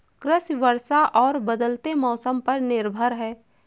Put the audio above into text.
कृषि वर्षा और बदलते मौसम पर निर्भर है